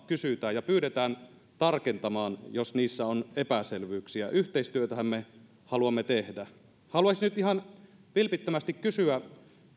kysytään ja pyydetään tarkentamaan jos niissä on epäselvyyksiä yhteistyötähän me haluamme tehdä haluaisin nyt ihan vilpittömästi kysyä